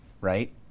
right